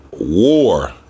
war